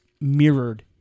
mirrored